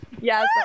yes